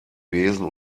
besen